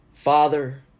Father